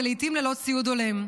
ולעתים ללא ציוד הולם.